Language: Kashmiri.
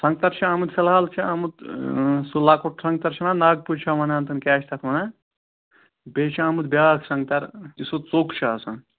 سنٛگتَر چھِ آمٕتۍ فِلحال چھُ آمُت سُہ لۄکُٹ سنٛگتَر چھُنا ناگ پُے چھا وَنان کِنہٕ کیٛاہ چھِ تَتھ وَنان بیٚیہِ چھِ آمُت بیٛاکھ سنٛگتَر یُس سُہ ژوٚک چھِ آسان